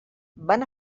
van